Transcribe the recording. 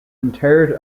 interred